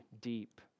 deep